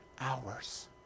hours